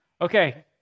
Okay